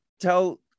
tell